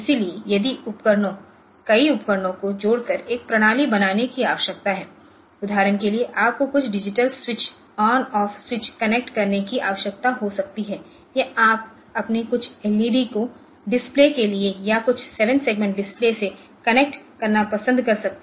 इसलिए यदि उपकरणों कई उपकरणों को जोड़कर एक प्रणाली बनाने की आवश्यकता है उदाहरण के लिएआपको कुछ digital switch on off switch connect करने की आवश्यकता हो सकती है या आप अपने कुछ एल ई डी को डिस्प्ले के लिए या कुछ 7 सेगमेंटडिस्प्ले से कनेक्ट करना पसंद कर सकते हैं